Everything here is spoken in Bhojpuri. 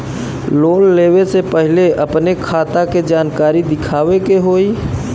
लोन लेवे से पहिले अपने खाता के जानकारी दिखावे के होई?